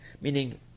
meaning